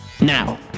Now